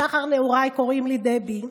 משחר נעוריי קוראים לי דבי,